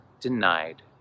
denied